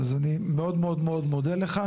אני מאוד מודה לך.